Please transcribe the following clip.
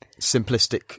simplistic